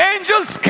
Angels